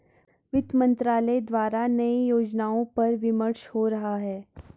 वित्त मंत्रालय द्वारा नए योजनाओं पर विमर्श हो रहा है